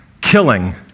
killing